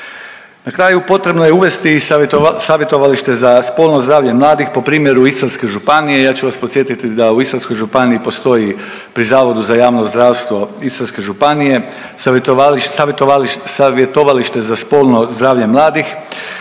Na kraju, potrebno je uvesti savjetovalište za spolno zdravlje mladih po primjeru Istarske županije. Ja ću vas podsjetiti da u Istarskoj županiji postoji pri Zavodu za javno zdravstvo Istarske županije Savjetovalište za spolno zdravlje mladih